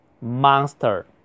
monster